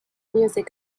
music